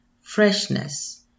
freshness